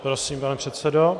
Prosím, pane předsedo.